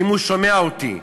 אם הוא שומע אותי: